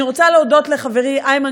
אני רוצה להודות לחברי איימן,